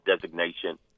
designation